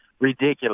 ridiculous